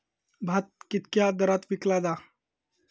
भात कित्क्या दरात विकला जा?